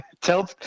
tell